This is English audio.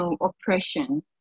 oppression